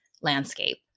landscape